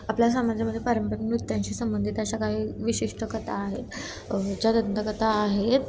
आपल्या समाजामध्ये पारंपा नृत्यांशी संबंधित अशा काही विशिष्ट कथा आहेत ज्या दंतकथा आहेत